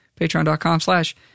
Patreon.com/slash